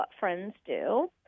whatfriendsdo